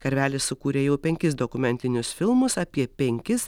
karvelis sukūrė jau penkis dokumentinius filmus apie penkis